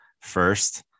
first